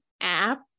app